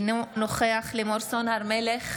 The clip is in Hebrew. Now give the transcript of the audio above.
אינו נוכח לימור סון הר מלך,